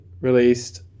released